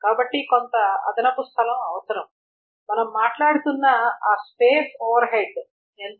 కాబట్టి కొంత అదనపు స్థలం అవసరం మనం మాట్లాడుతున్న ఆ స్పేస్ ఓవర్ హెడ్ ఎంత